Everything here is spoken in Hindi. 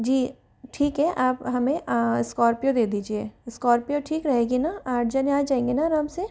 जी ठीक है आप हमें स्कॉर्पियो दे दीजिए स्कॉर्पियो ठीक रहेगी ना आठ जने आ जाएँगे ना आराम से